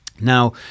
Now